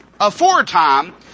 aforetime